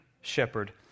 shepherd